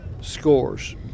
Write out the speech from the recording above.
scores